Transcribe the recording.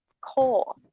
core